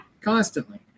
constantly